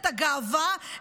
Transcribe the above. את הגאווה,